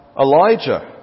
Elijah